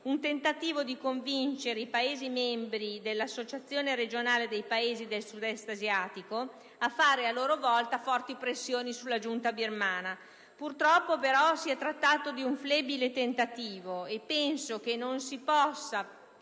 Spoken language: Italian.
un tentativo di convincere i Paesi membri dell'Associazione regionale dei Paesi del Sud-Est asiatico a fare a loro volta forti pressioni sulla giunta birmana. Purtroppo, però, si è trattato di un flebile tentativo: penso che non si possa